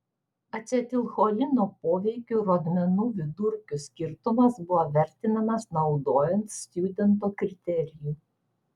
acetilcholino poveikio rodmenų vidurkių skirtumas buvo vertinamas naudojant stjudento kriterijų